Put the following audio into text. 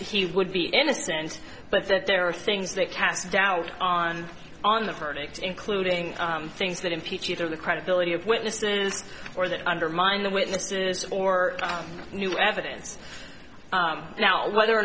he would be innocent but that there are things that cast doubt on on the verdict including things that impeach either the credibility of witnesses or that undermine the witnesses or new evidence now whether or